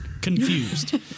confused